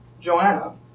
Joanna